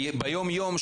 כי ביומיום,